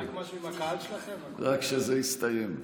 רק משהו עם הקהל שלכם --- רק שזה יסתיים.